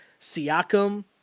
Siakam